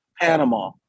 Panama